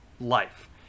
life